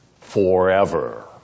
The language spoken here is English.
forever